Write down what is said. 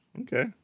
okay